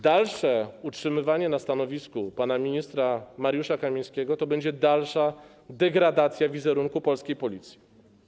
Dalsze utrzymywanie na stanowisku pana ministra Mariusza Kamińskiego to będzie dalsza degradacja wizerunku polskiej Policji.